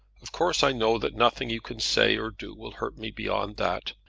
of course i know that nothing you can say or do will hurt me beyond that.